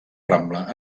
rambla